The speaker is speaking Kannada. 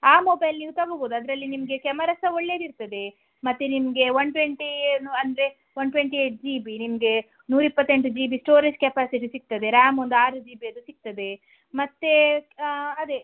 ಆ ಮೊಬೈಲ್ ನೀವು ತಗೊಬೋದು ಅದರಲ್ಲಿ ನಿಮಗೆ ಕ್ಯಾಮರ ಸಹ ಒಳ್ಳೆಯದಿರ್ತದೆ ಮತ್ತು ನಿಮಗೆ ಒನ್ ಟ್ವೆಂಟಿ ಏನು ಅಂದರೆ one twenty eight G B ನಿಮಗೆ ನೂರಿಪ್ಪತ್ತೆಂಟು ಜಿ ಬಿ ಸ್ಟೋರೇಜ್ ಕೆಪಾಸಿಟಿ ಸಿಗ್ತದೆ ರ್ಯಾಮ್ ಒಂದು ಆರು ಜಿ ಬಿಯದ್ದು ಸಿಗ್ತದೆ ಮತ್ತು ಅದೆ